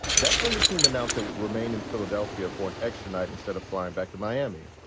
that's when the team announced they would remain in philadelphia for an extra night instead of flying back to miami.